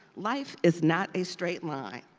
life is not a straight line,